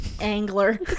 angler